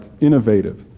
innovative